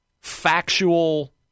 factual